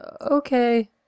okay